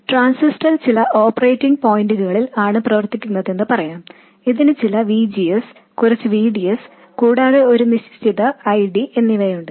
transistor ചില operating പോയിന്റുകളിൽ ആണ് പ്രവർത്തിക്കുന്നതെന്ന് പറയാം ഇതിന് ചില V G S കുറച്ച് V D S കൂടാതെ ഒരു നിശ്ചിത I D എന്നിവയുണ്ട്